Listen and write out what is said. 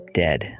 dead